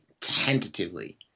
tentatively